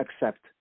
accept